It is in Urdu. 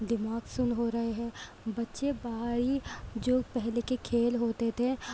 دماغ سن ہو رہے ہیں بچے باہری جو پہلے کے کھیل ہوتے تھے